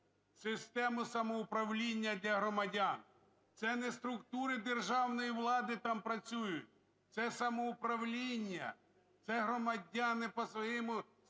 систему самоуправління для громадян. Це не структури державної влади там працюють, це самоуправління, це громадяни по своєму